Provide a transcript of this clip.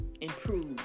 improve